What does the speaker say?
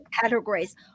categories